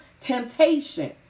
temptation